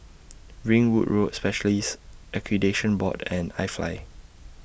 Ringwood Road Specialists Accreditation Board and IFly